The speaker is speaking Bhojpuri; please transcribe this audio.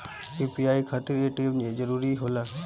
यू.पी.आई खातिर ए.टी.एम जरूरी होला?